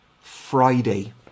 Friday